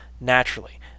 naturally